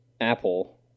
Apple